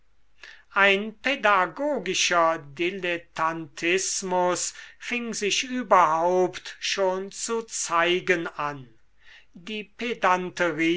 ein pädagogischer dilettantismus fing sich überhaupt schon zu zeigen an die